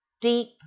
Deep